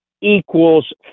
equals